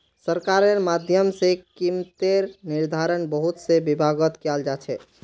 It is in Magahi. सरकारेर माध्यम से कीमतेर निर्धारण बहुत से विभागत कियाल जा छे